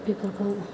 बेफोरखौ